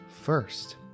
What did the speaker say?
first